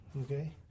Okay